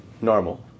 normal